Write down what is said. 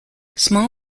small